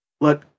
let